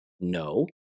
No